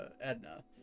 Edna